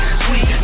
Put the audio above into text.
sweet